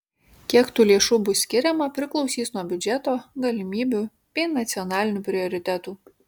kiek tų lėšų bus skiriama priklausys nuo biudžeto galimybių bei nacionalinių prioritetų